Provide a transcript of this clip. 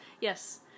Yes